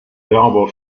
berber